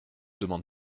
demande